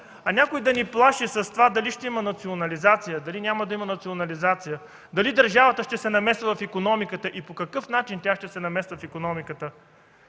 А някой да ни плаши с това дали ще има национализация, дали няма да има национализация, дали държавата ще се намесва в икономиката и по какъв начин тя ще се намесва...?!